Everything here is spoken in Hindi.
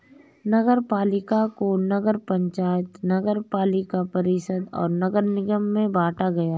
नगरपालिका को नगर पंचायत, नगरपालिका परिषद और नगर निगम में बांटा गया है